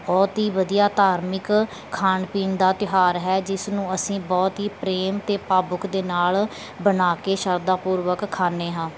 ਬਹੁਤ ਹੀ ਵਧੀਆ ਧਾਰਮਿਕ ਖਾਣ ਪੀਣ ਦਾ ਤਿਉਹਾਰ ਹੈ ਜਿਸ ਨੂੰ ਅਸੀਂ ਬਹੁਤ ਹੀ ਪ੍ਰੇਮ ਅਤੇ ਭਾਵੁਕ ਦੇ ਨਾਲ ਬਣਾ ਕੇ ਸ਼ਰਧਾ ਪੂਰਵਕ ਖਾਂਦੇ ਹਾਂ